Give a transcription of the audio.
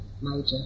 major